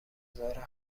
ابزار